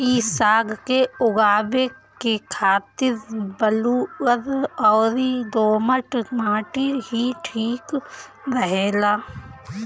इ साग के उगावे के खातिर बलुअर अउरी दोमट माटी ही ठीक रहेला